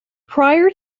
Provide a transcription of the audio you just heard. prior